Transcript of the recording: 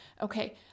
Okay